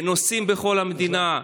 נוסעים בכל המדינה,